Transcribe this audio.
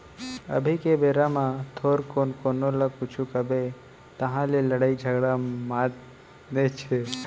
अभी के बेरा म थोरको कोनो ल कुछु कबे तहाँ ले लड़ई झगरा मातनेच हे